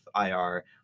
ir